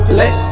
let